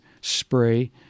spray